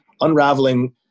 unraveling